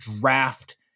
draft